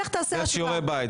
לך תעשה השוואה.